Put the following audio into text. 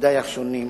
בתפקידי השונים,